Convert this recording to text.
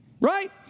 Right